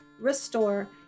restore